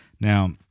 Now